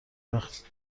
وقت